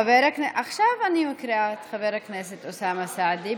עכשיו אני מקריאה את חבר הכנסת אוסאמה סעדי.